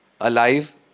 alive